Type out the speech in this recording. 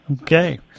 Okay